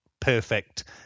perfect